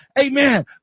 amen